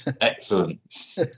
excellent